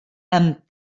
amb